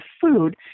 food